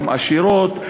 הן עשירות,